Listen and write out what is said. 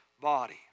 body